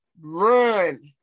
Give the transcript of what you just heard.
run